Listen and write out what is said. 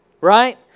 right